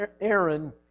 Aaron